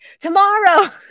Tomorrow